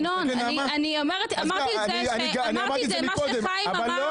אמרתי שאני מקבלת את מה שחיים אמר.